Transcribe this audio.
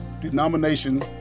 denomination